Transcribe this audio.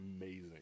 amazing